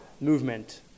movement